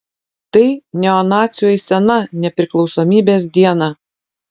tai neonacių eisena nepriklausomybės dieną